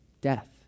death